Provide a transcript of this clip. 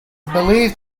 believed